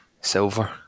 silver